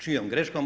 Čijom greškom?